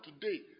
today